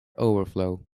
overflow